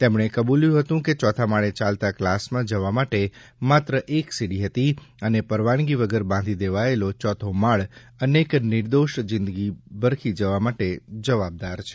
તેમણે કબૂલ્યું હતું કે ચોથા માળે ચાલતા કલાસમાં જવા માટે માત્ર એક સીડી હતી અને પરવાનગી વગર બાંધી દેવાયેલો ચોથો માળ અનેક નિર્દોષ જિંદગી ભરખી જવા માટે જવાબદાર છે